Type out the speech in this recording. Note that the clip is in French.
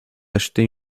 acheter